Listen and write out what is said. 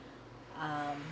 um